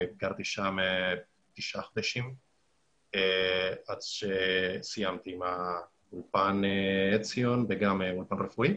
גרתי שם תשעה חודשים עד שסיימתי את האולפן וגם אולפן רפואי.